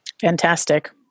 Fantastic